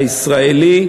הישראלי,